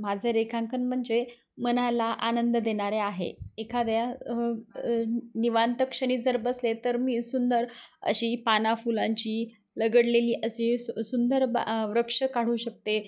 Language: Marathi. माझं रेखांकन म्हणजे मनाला आनंद देणारे आहे एखाद्या निवांतक्षणी जर बसले तर मी सुंदर अशी पानाफुलांची लगडलेली अशी सु सुंदर ब वृक्ष काढू शकते